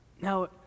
Now